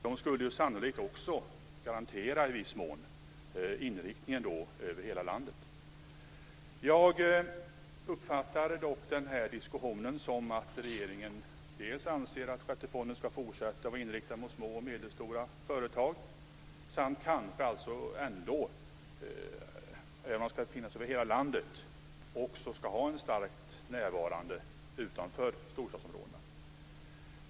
De skulle sannolikt också i viss mån garantera inriktningen över hela landet. Jag uppfattar dock denna diskussion så att regeringen dels anser att sjätte fonden ska fortsätta att inriktas på små och medelstora företag, dels anser att den utöver att fonden ska finnas i hela landet ska ha ett starkt närvarande utanför storstadsområdena.